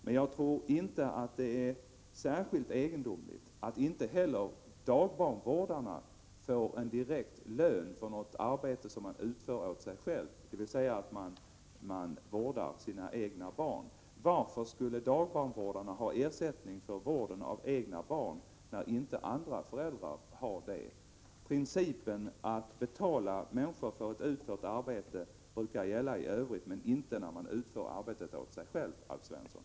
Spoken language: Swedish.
Men jag tycker inte att det är särskilt egendomligt att inte heller dagbarnvårdarna får en direkt lön för det arbete de utför åt sig själva, dvs. vården av egna barn. Varför skulle dagbarnvårdarna ha ersättning för vården av egna barn när inte andra föräldrar får detta? Principen att betala människor för ett utfört arbete brukar gälla i övrigt men inte när man utför arbetet åt sig själv, Alf Svensson!